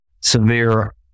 severe